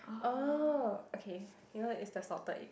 oh okay you know is the salted egg